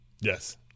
yes